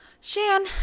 Shan